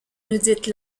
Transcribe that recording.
dites